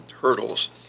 hurdles